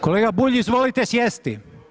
Kolega Bulj, izvolite sjesti.